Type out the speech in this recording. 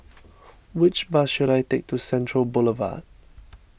which bus should I take to Central Boulevard